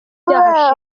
byaha